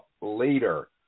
later